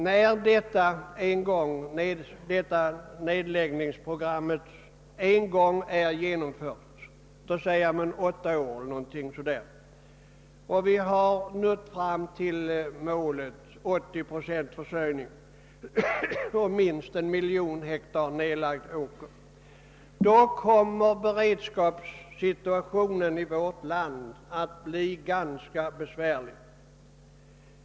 När nedläggningsprogrammet en gång genomförts, om ungefär åtta år, och vi nått fram till målet 80 procent självförsörjning och minst 1 miljon hektar nedlagd åker, kommer beredskapssituationen i landet att bli ganska besvärlig.